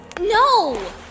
No